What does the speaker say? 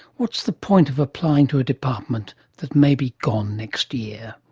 what's the point of applying to a department that may be gone next year?